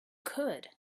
could